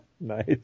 Nice